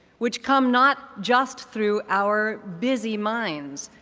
which come not just through our busy minds,